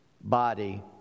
body